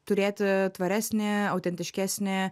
turėti tvaresnį autentiškesnį